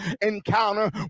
encounter